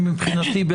מבחינתי,